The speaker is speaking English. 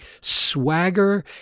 swagger